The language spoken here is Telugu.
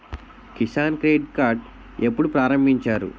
కిసాన్ క్రెడిట్ కార్డ్ ఎప్పుడు ప్రారంభించారు?